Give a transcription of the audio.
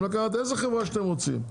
אתם יכולים לקחת איזו חברה שאתם רוצים.